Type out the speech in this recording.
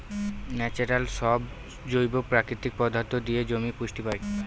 natural সব জৈব প্রাকৃতিক পদার্থ দিয়ে জমি পুষ্টি পায়